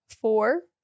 Four